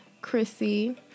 Chrissy